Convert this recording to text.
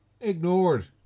ignored